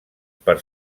per